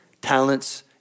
talents